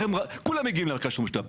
ותראה איך כולם מגיעים למרכז שירות משותף.